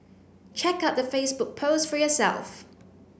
check out the Facebook post for yourself